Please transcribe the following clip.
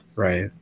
Right